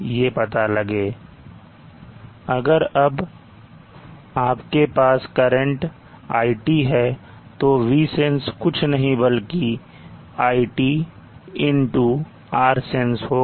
अगर अब आपके पास करंट iT है तो Vsense कुछ नहीं बल्कि iT x Rsense होगा